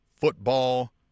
football